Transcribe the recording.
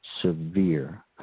severe